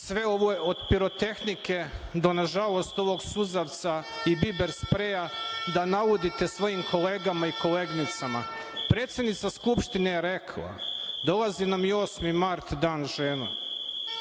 sve ovo od pirotehnike, do nažalost, ovog suzavca i biber spreja, da naudite svojim kolegama i koleginicama. Predsednica Skupštine je rekla - dolazi nam i 8. mart, Dan žena,